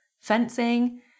Fencing